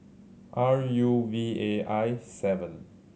R U V A I seven